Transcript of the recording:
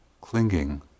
clinging